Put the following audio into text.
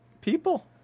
People